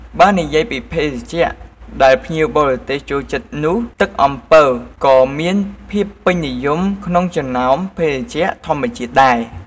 បើនិយាយពីភេសជ្ជៈដែលភ្ញៀវបរទេសចូលចិត្តនោះ ទឹកអំពៅក៏មានភាពពេញនិយមក្នុងចំណោមភេសជ្ជៈធម្មជាតិដែរ។